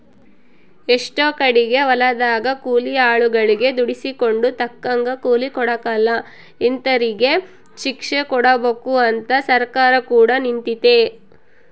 ಎಷ್ಟೊ ಕಡಿಗೆ ಹೊಲದಗ ಕೂಲಿ ಆಳುಗಳಗೆ ದುಡಿಸಿಕೊಂಡು ತಕ್ಕಂಗ ಕೂಲಿ ಕೊಡಕಲ ಇಂತರಿಗೆ ಶಿಕ್ಷೆಕೊಡಬಕು ಅಂತ ಸರ್ಕಾರ ಕೂಡ ನಿಂತಿತೆ